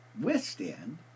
withstand